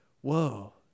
whoa